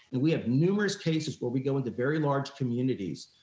and we have numerous cases where we go into very large communities,